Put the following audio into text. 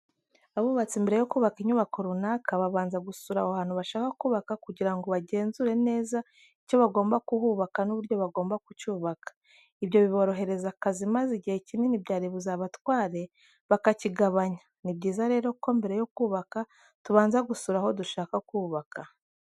Abubatsi mbere yo kubaka inyubako runaka, babanza gusura aho hantu bashaka kubaka kugira ngo bagenzure neza icyo bagomba kuhubaka n'uburyo bagomba kucyubaka. Ibyo biborohereza akazi maze igihe kinini byari buzabatware bakakigabanya. Ni byiza rero ko mbere yo kubaka tubanza gusura aho dushaka kubaka.